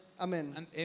Amen